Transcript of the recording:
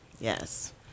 Yes